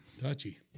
Touchy